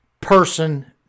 person